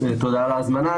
תודה על ההזמנה.